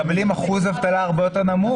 הם מקבלים אחוז אבטלה הרבה יותר נמוך.